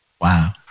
Wow